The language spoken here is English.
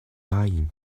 lying